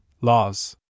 Laws